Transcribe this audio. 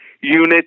unit